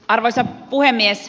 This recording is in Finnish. arvoisa puhemies